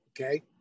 okay